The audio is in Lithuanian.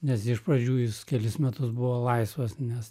nes iš pradžių jis kelis metus buvo laisvas nes